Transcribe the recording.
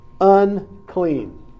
unclean